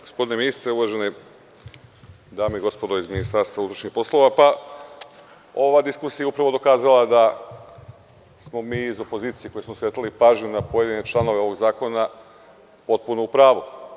Gospodine ministre uvažene dame i gospodo iz Ministarstva unutrašnjih poslova, pa ova diskusija je upravo dokazala da smo mi iz opozicije koji smo posvetili pažnju na pojedine članove zakona potpuno u pravu.